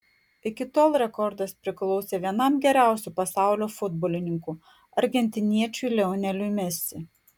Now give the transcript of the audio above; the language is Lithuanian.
iki tol rekordas priklausė vienam geriausių pasaulio futbolininkų argentiniečiui lioneliui mesi